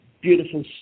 beautiful